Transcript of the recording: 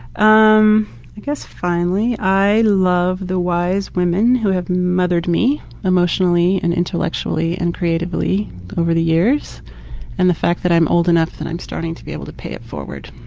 um i guess finally, i love the wise women who have mothered me emotionally and intellectually and creatively over the years and the fact that i'm old enough that i'm starting to able to pay it forward.